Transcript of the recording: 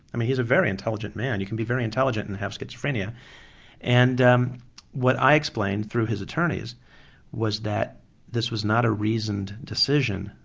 i mean he's a very intelligent man, you can be very intelligent and have schizophrenia and um what i explained through his attorneys was that this was not a reasoned decision,